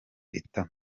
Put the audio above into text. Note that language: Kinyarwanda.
itama